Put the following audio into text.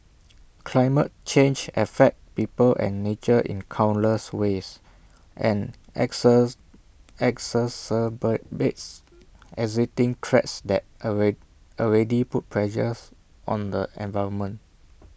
climate change affects people and nature in countless ways and access exacerbates existing threats that already put pressures on the environment